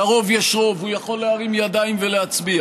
לרוב יש רוב, הוא יכול להרים ידיים ולהצביע.